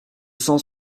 cent